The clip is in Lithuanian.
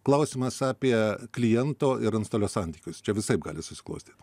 klausimas apie kliento ir antstolio santykius čia visaip gali susiklostyt